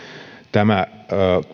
tämä